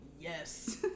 Yes